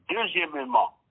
Deuxièmement